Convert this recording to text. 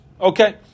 okay